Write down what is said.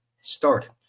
started